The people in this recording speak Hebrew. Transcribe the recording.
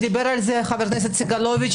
ודיבר על זה חבר הכנסת סגלוביץ',